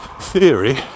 theory